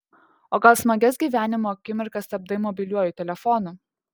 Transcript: o gal smagias gyvenimo akimirkas stabdai mobiliuoju telefonu